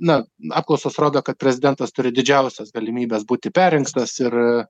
na apklausos rodo kad prezidentas turi didžiausias galimybes būti perrinktas ir